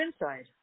inside